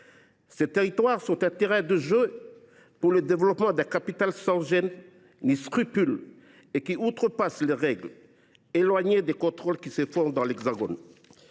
Ces territoires sont un terrain de jeu pour le développement d’un capital sans gêne ni scrupule qui outrepasse les règles, loin des contrôles qui se pratiquent dans l’Hexagone.